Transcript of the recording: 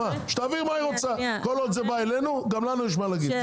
כל עוד זה מגיע אלינו גם לנו יש מה להגיד.